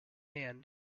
hand